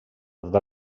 totes